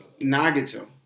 Nagato